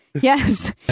Yes